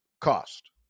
cost